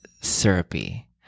syrupy